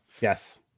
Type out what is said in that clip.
Yes